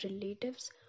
relatives